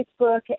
facebook